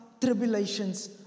tribulations